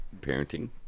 parenting